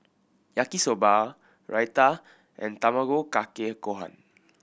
Yaki Soba Raita and Tamago Kake Gohan